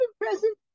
present